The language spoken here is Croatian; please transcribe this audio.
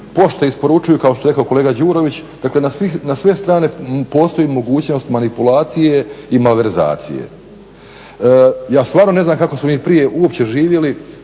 pošte isporučuju kao što je rekao kolega Đurović dakle na sve strane postoji mogućnost manipulacije i malverzacije. Ja stvarno ne znam kako smo mi prije uopće živjeli